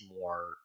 more